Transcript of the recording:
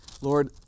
Lord